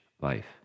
life